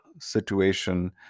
situation